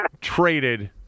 traded